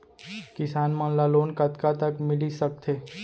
किसान मन ला लोन कतका तक मिलिस सकथे?